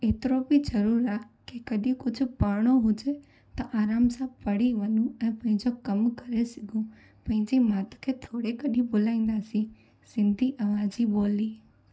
एतिरो बि ज़रूरु आहे की कॾहिं कुझु पढ़िणो हुजे त आराम सां पढ़ी वञू ऐं पंहिंजो कमु करे सघूं पंहिंजी मात खे थोरे कॾहिं भुलाईंदा सी सिंधी अवा जी ॿोली